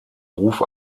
ruf